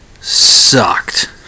sucked